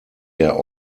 der